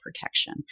protection